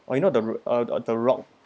or you know the uh the the rock